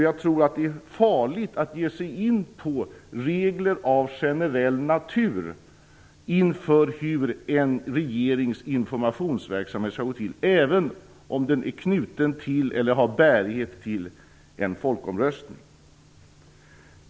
Jag tror att det är farligt att ge sig in på regler av generell natur när det gäller hur en regerings informationsverksamhet skall gå till, även om den är knuten till eller har bärighet till en folkomröstning.